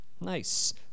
Nice